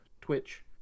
Twitch